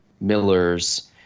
millers